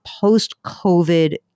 post-COVID